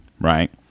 right